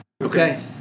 Okay